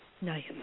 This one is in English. Nice